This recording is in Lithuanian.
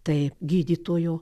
tai gydytojo